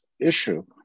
issue